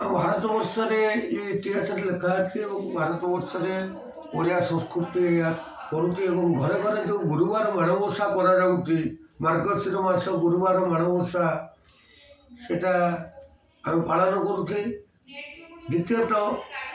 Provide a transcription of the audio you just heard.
ଆଉ ଭାରତବର୍ଷରେ ଏ ଇତିହାସ ଲେଖା ଅଛି ଆଉ ଭାରତବର୍ଷରେ ଓଡ଼ିଆ ସଂସ୍କୃତି ଏହା କରୁଛି ଏବଂ ଘରେ ଘରେ ଯେଉଁ ଗୁରୁବାର ମାଣବସା କରାଯାଉଛି ମାର୍ଗଶୀର ମାସ ଗୁରୁବାର ମାଣବସା ସେଇଟା ଆମେ ପାଳନ କରୁଛି ଦ୍ୱିତୀୟତଃ